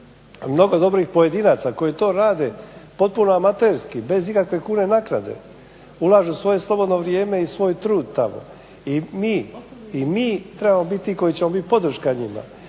mnogo je dobrih pojedinaca koji to rade potpuno amaterski bez ikakve kune naknade. Ulažu svoje slobodno vrijeme i svoj trud tamo. I mi trebamo biti ti koji ćemo biti podrška njima.